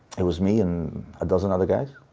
it was me and a dozen other guys.